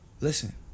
Listen